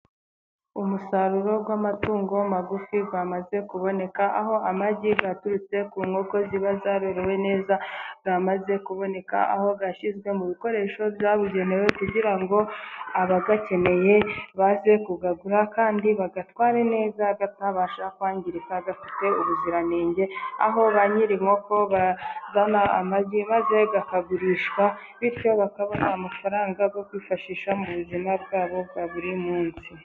Umusaruro w'amatungo magufi wamaze kuboneka. Aho amagi aturutse ku nkoko ziba zarorowe neza yamaze kuboneka. Aho yashyizwe mu bikoresho byabugenewe, kugira ngo abayakeneye baze kuyagura kandi bayatware neza atabasha kwangirika, afite ubuziranenge. Aho ba ny'iri nkoko bazana amagi maze akagurishwa, bityo bakabona amafaranga yo kwifashisha mu buzima bwabo bwa buri munsi.